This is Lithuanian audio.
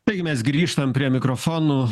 taigi mes grįžtam prie mikrofonų